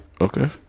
Okay